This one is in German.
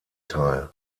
teil